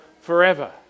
forever